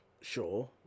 Sure